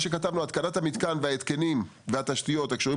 אנחנו כתבנו "התקנת המתקן וההתקנים והתשתיות הקשורים